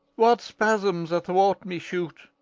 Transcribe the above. what spasms athwart me shoot,